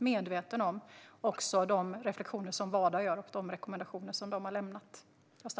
Samtidigt är jag medveten om de rekommendationer som Wada har lämnat.